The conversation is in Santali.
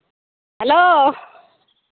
ᱦᱮᱞᱳ